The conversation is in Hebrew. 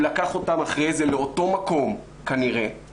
הוא לקח אותן אחרי זה לאותו מקום, כנראה, בהרצליה.